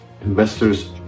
investors